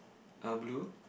uh blue